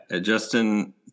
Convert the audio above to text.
Justin